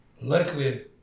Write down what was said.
Luckily